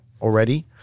already